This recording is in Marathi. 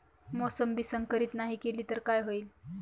मोसंबी संकरित नाही केली तर काय होईल?